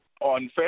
on